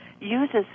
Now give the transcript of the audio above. uses